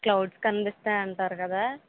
clouds కనిపిస్తాయి అంటారు కదా